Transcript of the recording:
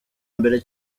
mbere